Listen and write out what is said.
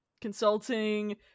consulting